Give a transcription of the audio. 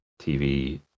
TV